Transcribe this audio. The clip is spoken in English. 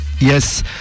Yes